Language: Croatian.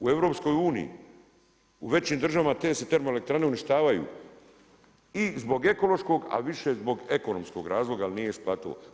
U EU u većim državama te se termoelektrane uništavaju i zbog ekološkog, a više zbog ekonomskog razloga jel nije isplativo.